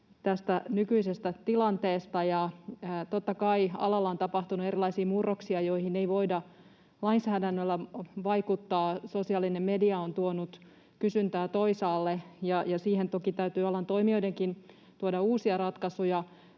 tästä nykyisestä tilanteesta. Totta kai alalla on tapahtunut erilaisia murroksia, joihin ei voida lainsäädännöllä vaikuttaa. Sosiaalinen media on tuonut kysyntää toisaalle, ja siihen toki täytyy alan toimijoidenkin tuoda uusia ratkaisuja,